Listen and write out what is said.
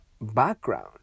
background